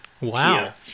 Wow